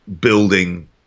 building